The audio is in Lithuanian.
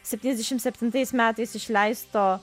septyniasdešim septintais metais išleisto